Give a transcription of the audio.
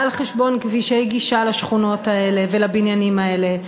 בא על חשבון כבישי גישה לשכונות האלה ולבניינים האלה,